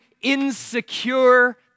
insecure